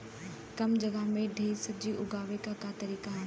कम जगह में ढेर सब्जी उगावे क का तरीका ह?